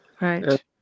Right